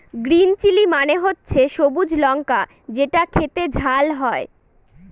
green chilli মানে হচ্ছে সবুজ লঙ্কা যেটা খেতে ঝাল হয়